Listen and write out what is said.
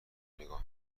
نگاه